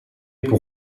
pour